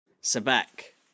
Sebek